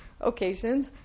occasions